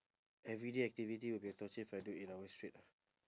everyday activity would be a torture if I do eight hour straight ah